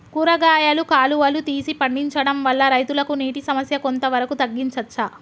కూరగాయలు కాలువలు తీసి పండించడం వల్ల రైతులకు నీటి సమస్య కొంత వరకు తగ్గించచ్చా?